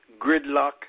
gridlock